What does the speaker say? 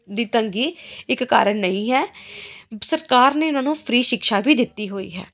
ਦੀ ਤੰਗੀ ਇੱਕ ਕਾਰਣ ਨਹੀਂ ਹੈ ਸਰਕਾਰ ਨੇ ਇਹਨਾਂ ਨੂੰ ਫਰੀ ਸ਼ਿਕਸ਼ਾ ਵੀ ਦਿੱਤੀ ਹੋਈ ਹੈ